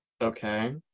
Okay